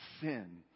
sin